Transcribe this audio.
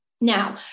Now